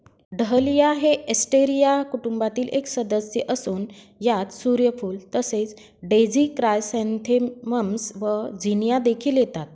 dahlia हे Asteraceae कुटुंबातील एक सदस्य असून यात सूर्यफूल तसेच डेझी क्रायसॅन्थेमम्स व झिनिया देखील येतात